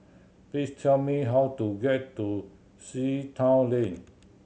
please tell me how to get to Sea Town Lane